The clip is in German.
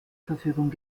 verfügung